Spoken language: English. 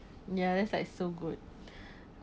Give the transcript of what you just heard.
ya that's like so good